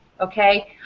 okay